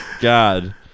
god